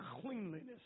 cleanliness